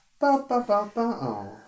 Ba-ba-ba-ba